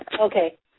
Okay